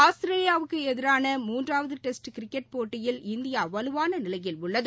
ஆஸ்திரேலியாவுக்கு எதரிரான மூன்றாவது டெஸ்ட் கிரிக்கெட் போட்டியில் இந்தியா வலுவான நிலையில் உள்ளது